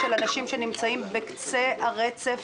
של אנשים שנמצאים בקצה הרצף